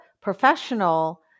professional